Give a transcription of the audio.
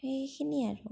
সেইখিনিয়ে আৰু